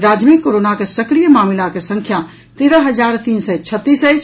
राज्य मे कोरोनाक सक्रिय मामिलाक संख्या तेरह हजार तीन सय छत्तीस अछि